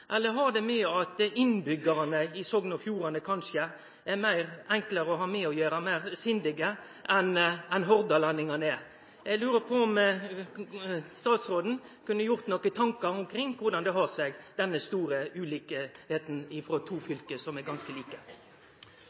Eller har det med at innbyggjarane i Sogn og Fjordane kanskje er enklare å ha med å gjere og er meir sindige enn hordalendingane er? Eg lurer på om statsråden kunne gjere seg nokre tankar omkring korleis det kan ha seg at det er så stor ulikskap mellom to fylke som er ganske like.